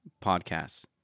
podcasts